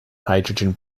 hydrogen